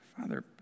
Father